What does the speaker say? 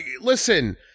listen